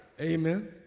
Amen